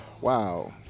Wow